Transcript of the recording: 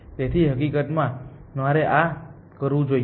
તેથી હકીકતમાં મારે આ કરવું જોઈએ